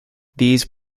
these